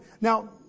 Now